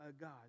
God